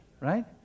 right